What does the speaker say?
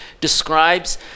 describes